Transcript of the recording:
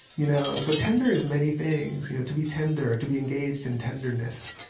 you know so tender is many things. you know to be tender, to be engaged in tenderness,